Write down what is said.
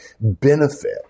benefit